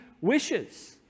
wishes